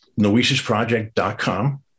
noesisproject.com